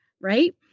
right